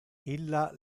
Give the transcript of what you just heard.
illa